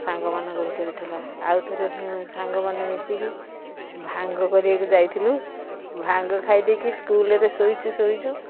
ସାଙ୍ଗମାନଙ୍କ ଭିତରେ ଥିଲା ଆଉ ଥରେ ସାଙ୍ଗମାନେ ମିଶିକି ଭାଙ୍ଗ କରିବାକୁ ଯାଇଥିଲୁ ଭାଙ୍ଗ ଖାଇ ଦେଇକି ସ୍କୁଲରେ ଶୋଇଛୁ ଶୋଇଛୁ